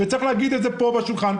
צריך להגיד את זה כאן על השולחן,